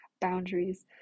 boundaries